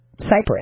Cyprus